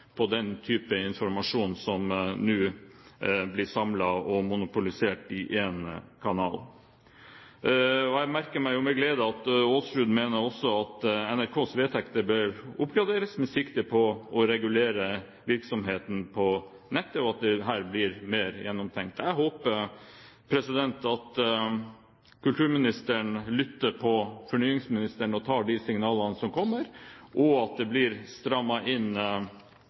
til den type informasjon som nå blir samlet og monopolisert i én kanal. Og jeg merker meg med glede at Aasrud også mener at NRKs vedtekter bør oppgraderes med sikte på å regulere virksomheten på nettet, og at dette blir mer gjennomtenkt. Jeg håper kulturministeren lytter til fornyingsministeren og tar de signalene som kommer, og at det blir strammet inn